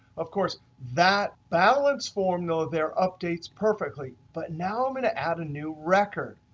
of course that balance formula there updates perfectly. but now i'm going to add a new record.